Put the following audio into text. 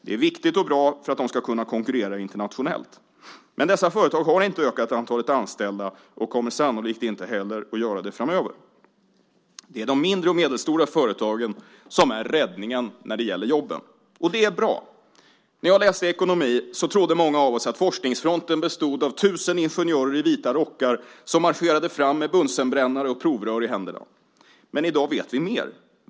Det är viktigt och bra för att de ska kunna konkurrera internationellt. Men dessa företag har inte ökat antalet anställda och kommer sannolikt inte heller att göra det framöver. Det är de mindre och medelstora företagen som är räddningen när det gäller jobben, och det är bra. När jag läste ekonomi trodde många av oss att forskningsfronten bestod av tusen ingenjörer i vita rockar som marscherade fram med bunsenbrännare och provrör i händerna. Men i dag vet vi mer.